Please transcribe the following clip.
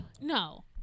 no